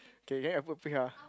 okay get a food pic ah